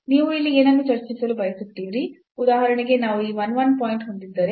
ನೀವು ಇಲ್ಲಿ ಏನನ್ನು ಚರ್ಚಿಸಲು ಬಯಸುತ್ತೀರಿ ಉದಾಹರಣೆಗೆ ನಾವು ಈ 1 1 ಪಾಯಿಂಟ್ ಹೊಂದಿದ್ದರೆ